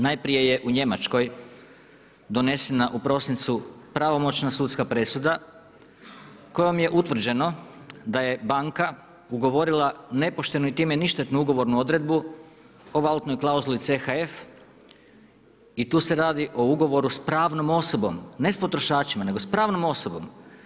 Najprije je u Njemačkoj donesena u prosincu pravomoćna sudska presuda kojom je utvrđeno da je banka ugovorila nepoštenu i time ništetnu ugovornu odredbu o valutnoj klauzuli CHF i tu se radi o ugovoru s pravnom osobom, ne s potrošačima nego s pravnom osobom.